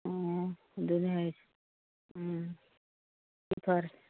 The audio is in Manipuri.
ꯑꯣ ꯑꯗꯨꯅꯦ ꯍꯥꯏꯁꯦ ꯎꯝ ꯐꯔꯦ